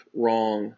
wrong